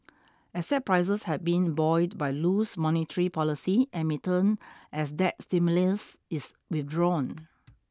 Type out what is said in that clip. asset prices have been buoyed by loose monetary policy and may turn as that stimulus is withdrawn